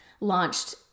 launched